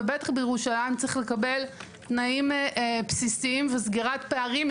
ובטח בירושלים צריך לקבל תנאים בסיסיים וסגירת פערים.